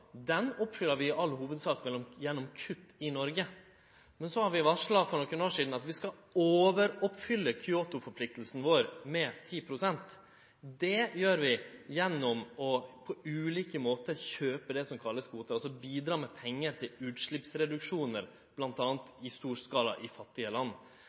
gjennom kutt i Noreg. Men så varsla vi for nokre år sidan at vi skal overoppfylle Kyoto-forpliktinga vår med 10 pst. Det gjer vi på ulike måtar gjennom å kjøpe det som kallast kvotar, altså bidra med pengar til utsleppsreduksjonar, bl.a. i stor skala i fattige land.